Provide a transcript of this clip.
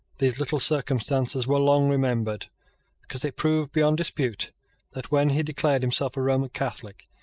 these little circumstances were long remembered because they proved beyond dispute that, when he declared himself a roman catholic,